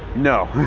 no!